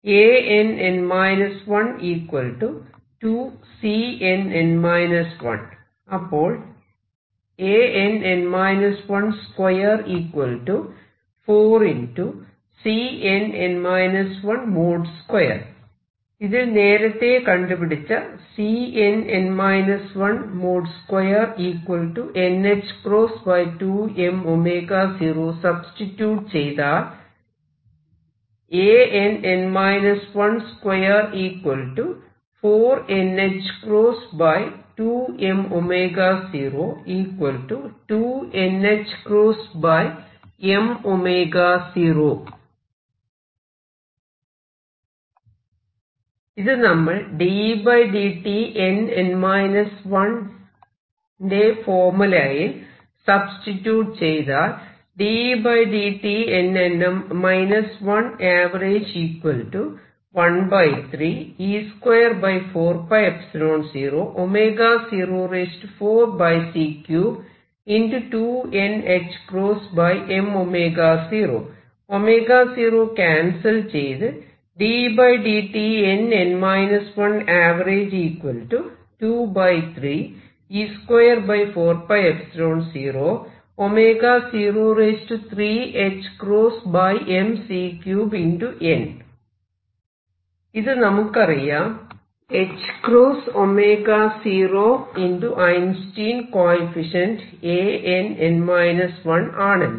Ann 1 2Cnn 1 അപ്പോൾ Ann 124|Cnn 1 |2 ഇതിൽ നേരത്തെ കണ്ടുപിടിച്ച |Cnn 1 |2 n ℏ2m0 സബ്സ്റ്റിട്യൂട് ചെയ്താൽ ഇത് നമ്മൾ dEdtnn 1 ന്റെ ഫോർമുലയിൽ സബ്സ്റ്റിട്യൂട് ചെയ്താൽ 0 ക്യാൻസൽ ചെയ്ത് ഇത് നമുക്കറിയാം ħω0 ✕ ഐൻസ്റ്റൈൻ കോയെഫിഷ്യന്റ് Ann 1 ആണെന്ന്